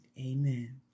Amen